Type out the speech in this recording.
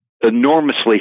enormously